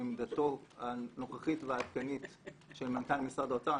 עמדתו הנוכחית והעדכנית של מנכ"ל משרד האוצר,